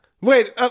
Wait